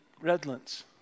Redlands